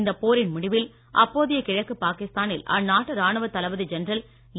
இந்த போரின் முடிவில் அப்போதைய கிழக்கு பாகிஸ்தானில் அந்நாட்டு ராணுவ தளபதி ஜெனரல் ஏ